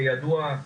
כידוע,